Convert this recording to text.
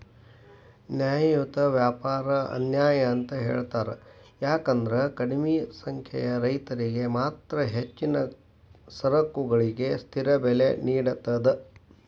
ನ್ಯಾಯಯುತ ವ್ಯಾಪಾರ ಅನ್ಯಾಯ ಅಂತ ಹೇಳ್ತಾರ ಯಾಕಂದ್ರ ಕಡಿಮಿ ಸಂಖ್ಯೆಯ ರೈತರಿಗೆ ಮಾತ್ರ ಹೆಚ್ಚಿನ ಸರಕುಗಳಿಗೆ ಸ್ಥಿರ ಬೆಲೆ ನೇಡತದ